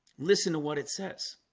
listen to what it says